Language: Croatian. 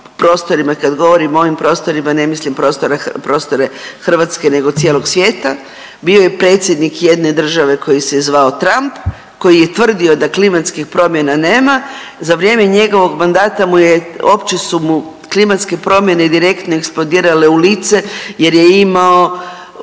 prostorima kad govorim o ovim prostorima ne mislim prostore Hrvatske nego cijelog svijeta. Bio je predsjednik jedne države koji se zvao Trump, koji je tvrdio da klimatskih promjena nema. Za vrijeme njegovog mandata mu je, uopće su mu klimatske promjene direktno eksplodirale u lice jer je imao